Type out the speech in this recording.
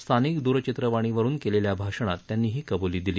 स्थानिक दूरचित्रवाहिनीवरून केलेल्या भाषणात त्यांनी ही कबुली दिली